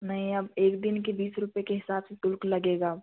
नहीं अब एक दिन के बीस रुपए के हिसाब से शुल्क लगेगा